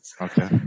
Okay